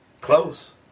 Close